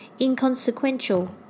inconsequential